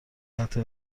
حتی